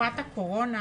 שבתקופת הקורונה